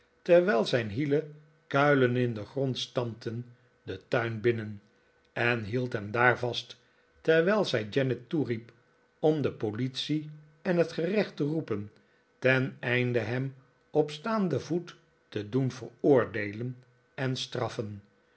terwijl zijn hielen kuilen in den grond stampten den tuin binnen en hield hem daar vast terwijl zij janet toeriep om de politie en het gerecht te roepen teneinde hem op staanden voet te doen veroordeelen en straffen